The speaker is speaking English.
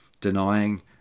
denying